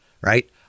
Right